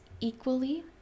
equally